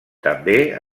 també